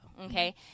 okay